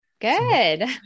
Good